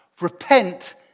Repent